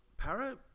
Para